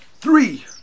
three